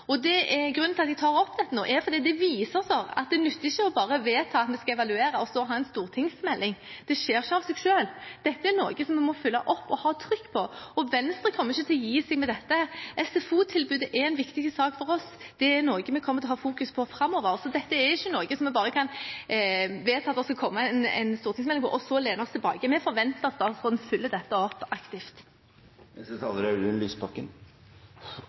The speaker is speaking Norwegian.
Grunnen til at jeg tar opp dette nå, er at det viser seg at det ikke nytter bare å vedta at vi skal evaluere og så ha en stortingsmelding. Det skjer ikke av seg selv. Dette er noe vi må følge opp og ha trykk på, og Venstre kommer ikke til å gi seg med dette. SFO-tilbudet er en viktig sak for oss, det er noe vi kommer til å fokusere på framover, så dette er ikke noe vi bare kan vedta at det skal komme en stortingsmelding om, og så lene oss tilbake. Vi forventer at statsråden følger opp dette aktivt. Det er